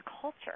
culture